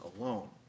alone